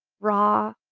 raw